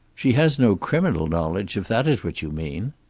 she has no criminal knowledge, if that is what you mean.